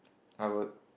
I would